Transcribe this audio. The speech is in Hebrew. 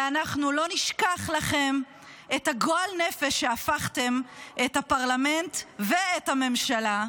ואנחנו לא נשכח לכם את הגועל נפש שהפכתם את הפרלמנט ואת הממשלה.